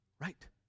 right